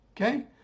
okay